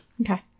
Okay